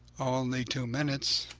only two minutes.